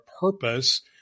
purpose